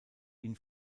ihn